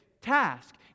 task